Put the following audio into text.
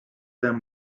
them